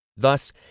Thus